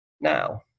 now